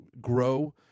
grow –